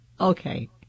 Okay